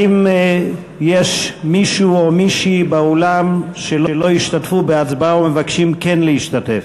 האם יש מישהו או מישהי באולם שלא השתתפו בהצבעה ומבקשים כן להשתתף?